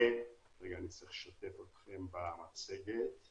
אדבר על הגישות השונות שיש במרוץ הבין-לאומי לפיתוח תרכיב כנגד הקורונה,